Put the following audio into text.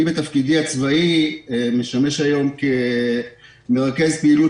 אני בתפקידי הצבאי משמש היום כמרכז פעילות